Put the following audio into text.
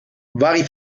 vari